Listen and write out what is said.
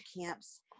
camps